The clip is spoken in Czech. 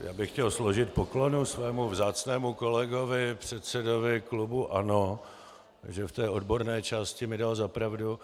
Já bych chtěl složit poklonu svému vzácnému kolegovi, předsedovi klubu ANO, že mi v odborné části dal za pravdu.